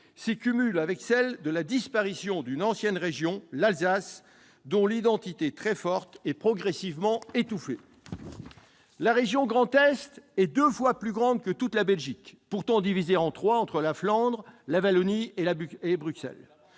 s'y cumule avec celle de la disparition d'une ancienne région, l'Alsace, dont l'identité très forte est progressivement étouffée. La région Grand Est est deux fois plus grande que toute la Belgique, pourtant divisée en trois avec la Flandre, la Wallonie et Bruxelles.